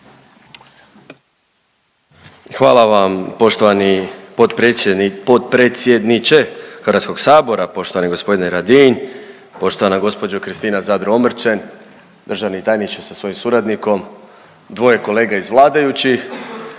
Hvala vam poštovani potpredsjedniče Hrvatskog sabora poštovani gospodine Radin, poštovana gospođo Kristina Zadro Omrčen, državni tajniče sa svojim suradnikom, dvoje kolega iz vladajućih